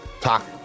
talk